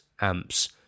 amps